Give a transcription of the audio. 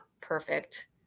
perfect